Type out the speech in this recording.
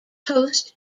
host